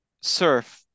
surf